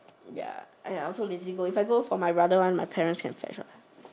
ya !aiya! I also lazy go if I go for my brother one then my parents can fetch what